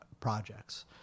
projects